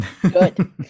Good